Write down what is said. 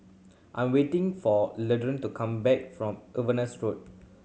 I am waiting for Leandra to come back from Evanas Road